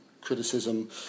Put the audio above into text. criticism